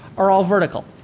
are all vertical.